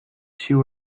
two